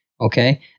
okay